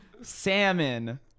salmon